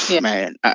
man